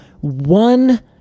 one